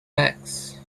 backs